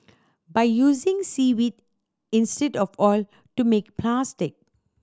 by using seaweed of oil to make plastic